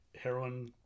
heroin